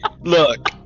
Look